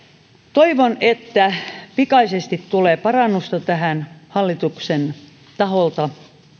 toivon että pikaisesti tulee parannusta tähän hallituksen taholta